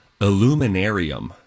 Illuminarium